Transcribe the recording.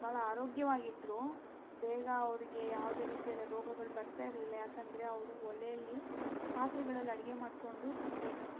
ಬಹಳ ಆರೋಗ್ಯವಾಗಿದ್ದರು ಬೇಗ ಅವರಿಗೆ ಯಾವುದೇ ರೀತಿಯಾದ ರೋಗಗಳು ಬರ್ತಾ ಇರಲಿಲ್ಲ ಯಾಕಂದರೆ ಅವರು ಒಲೆಯಲ್ಲಿ ಪಾತ್ರೆಗಳಲ್ಲಿ ಅಡಿಗೆ ಮಾಡಿಕೊಂಡು ತಿನ್ತಾ ಇದ್ದಿದ್ದು